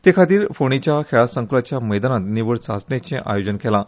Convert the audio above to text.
ते खातीर फोंडेंच्या खेळा संक्लाच्या मैदानांत निवड चांचणेचें आयोजन केलां